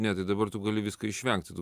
ne tai dabar tu gali visko išvengti